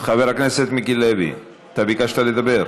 חבר הכנסת מיקי לוי, אתה ביקשת לדבר.